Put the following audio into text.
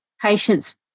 patients